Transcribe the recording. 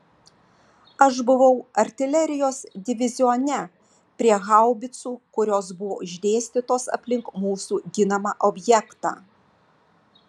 aš buvau artilerijos divizione prie haubicų kurios buvo išdėstytos aplink mūsų ginamą objektą